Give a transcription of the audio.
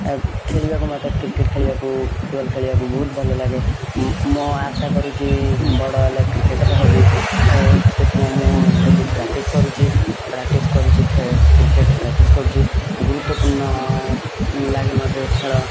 ଆଉ ଖେଳିବାକୁ ମୋତେ କ୍ରିକେଟ ଖେଳିବାକୁ ଫୁଟବଲ୍ ଖେଳିବାକୁ ବହୁତ୍ ଭଲ ଲାଗେ ମୁଁ ମୁଁ ଆଶା କରୁଛି ବଡ଼ ହେଲେ କ୍ରିକେଟର୍ ହେବି ସେଥିପାଇଁ ମୁଁ ଡେଲି ପ୍ରାକ୍ଟିସ୍ କରୁଛି ପ୍ରାକ୍ଟିସ୍ କରୁଛି କ୍ରିକେଟ ପ୍ରାକ୍ଟିସ୍ କରୁଛି ଗୁରୁତ୍ୱପୂର୍ଣ୍ଣ ଲାଗେ ମୋତେ ଖେଳ